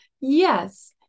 Yes